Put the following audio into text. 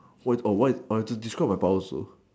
what is orh what is orh have to describe my power also